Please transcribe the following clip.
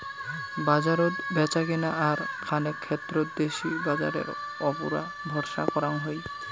বাজারত ব্যাচাকেনা আর খানেক ক্ষেত্রত দেশি বাজারের উপুরা ভরসা করাং হই